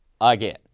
again